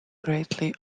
greatly